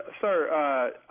sir